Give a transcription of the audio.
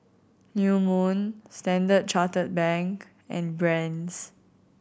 New Moon Standard Chartered Bank and Brand's